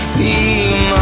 the